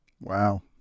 Wow